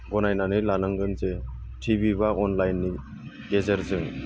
गनायनानै लानांगोन जे टिभि बा अनलाइननि गेजेरजों